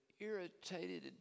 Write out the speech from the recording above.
irritated